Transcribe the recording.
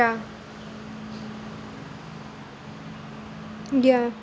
ya ya